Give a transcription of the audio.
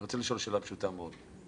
ואני רוצה לשאול שאלה פשוטה מאוד.